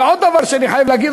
ועוד דבר שאני חייב להגיד,